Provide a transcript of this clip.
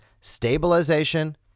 stabilization